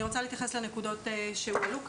אני רוצה להתייחס לנקודות שהועלו כאן.